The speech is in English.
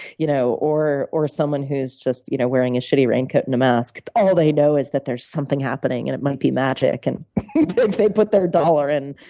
you know or or someone who's just you know wearing a shitty raincoat and a mask. all they know is that there's something happening, and it might be magic. and if they put their dollar in,